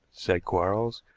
said quarles.